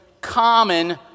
common